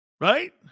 Right